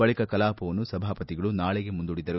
ಬಳಿಕ ಕಲಾಪವನ್ನು ಸಭಾಪತಿಗಳು ನಾಳೆಗೆ ಮುಂದೂಡಿದರು